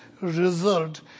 result